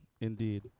indeed